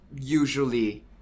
usually